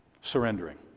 surrendering